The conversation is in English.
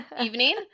evening